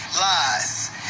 lies